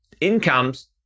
incomes